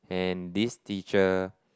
and this teacher